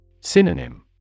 Synonym